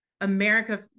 America